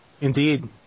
indeed